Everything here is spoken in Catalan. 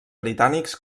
britànics